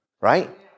right